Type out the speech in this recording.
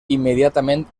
immediatament